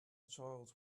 child